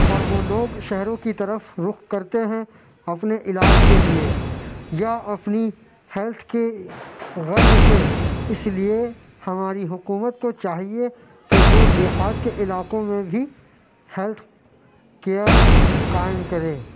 اور وہ لوگ شہروں کی طرف رخ کرتے ہیں اپنے علاج کے لیے یا اپنی ہلتھ کی غرض سے اس لیے ہماری حکومت کو چاہیے کہ وہ دیہات کے علاقوں میں بھی ہلتھ کیئر قائم کرے